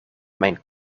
mijn